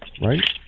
right